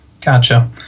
Gotcha